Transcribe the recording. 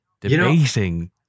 debating